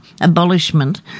abolishment